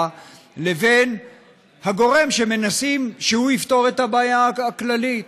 לבין הגורם שמנסים שהוא יפתור את הבעיה הכללית.